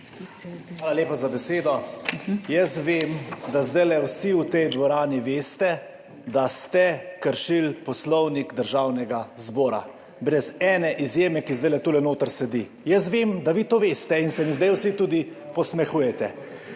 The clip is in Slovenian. Hvala lepa za besedo. Jaz vem, da zdaj vsi v tej dvorani veste, da ste kršili Poslovnik Državnega zbora, brez ene izjeme, ki zdaj tule notri sedi. Jaz vem, da vi to veste in se mi zdaj vsi tudi posmehujete.